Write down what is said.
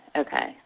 okay